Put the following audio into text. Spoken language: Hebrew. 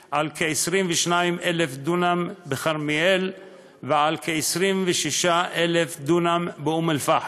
כ-22,000 דונם בכרמיאל וכ-26,000 דונם באום אל-פחם.